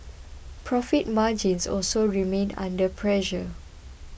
profit margins also remained under pressure